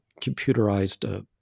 computerized